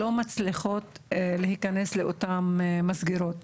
לא מצליחים להיכנס לאותן מסגרות.